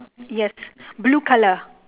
yes blue colour